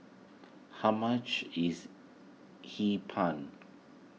how much is Hee Pan